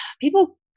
people